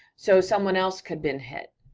so someone else could've been hit,